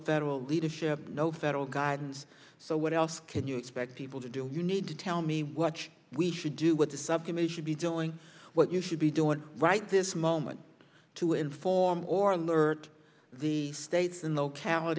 federal leadership no federal guidance so what else can you expect people to do you need to tell me what we should do what the subcommittee should be doing what you should be doing right this moment to inform or alert the states in